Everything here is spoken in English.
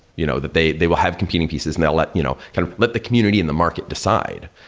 you know that they they will have competing pieces and they'll let you know kind of let the community and the market decide.